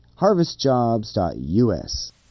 HarvestJobs.us